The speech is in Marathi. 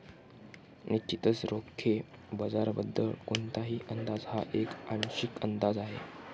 निश्चितच रोखे बाजाराबद्दल कोणताही अंदाज हा एक आंशिक अंदाज आहे